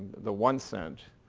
the one cent,